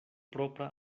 propra